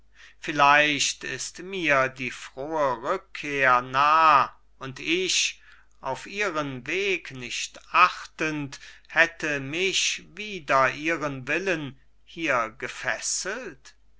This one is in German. vielleicht ist mir die frohe rückkehr nah und ich auf ihren weg nicht achtend hätte mich wider ihren willen hier gefesselt